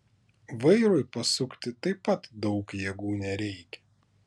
vairui pasukti taip pat daug jėgų nereikia